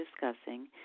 discussing